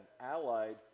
allied